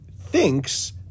thinks